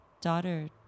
daughter